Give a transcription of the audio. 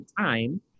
time